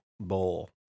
Bowl